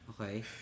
okay